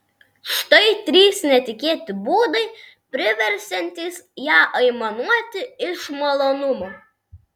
štai trys netikėti būdai priversiantys ją aimanuoti iš malonumo